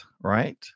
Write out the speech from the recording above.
right